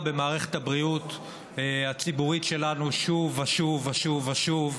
במערכת הבריאות הציבורית שלנו שוב ושוב ושוב.